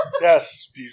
Yes